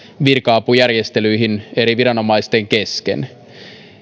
virka apujärjestelyihin eri viranomaisten kesken